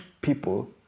people